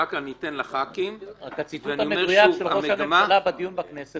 אחר כך ניתן לח"כים -- רק הציטוט המדויק של ראש הממשלה בדיון בכנסת,